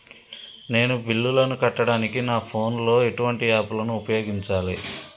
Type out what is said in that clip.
నేను బిల్లులను కట్టడానికి నా ఫోన్ లో ఎటువంటి యాప్ లను ఉపయోగించాలే?